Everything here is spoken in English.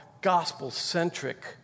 gospel-centric